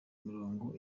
mirongo